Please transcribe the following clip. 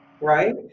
right